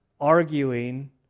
arguing